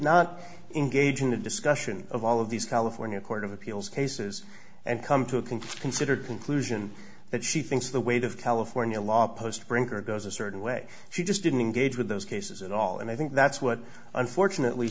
not engage in a discussion of all of these california court of appeals cases and come to a complete considered conclusion that she thinks the weight of california law post brinker goes a certain way she just didn't engage with those cases at all and i think that's what unfortunately